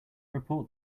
report